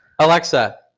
Alexa